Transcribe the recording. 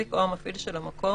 שהם שיציגו את השלט הנדרש מהם,